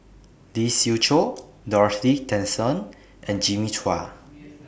Lee Siew Choh Dorothy Tessensohn and Jimmy Chua